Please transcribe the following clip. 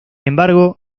embargo